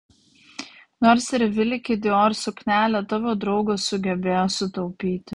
nors ir vilki dior suknelę tavo draugas sugebėjo sutaupyti